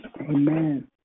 Amen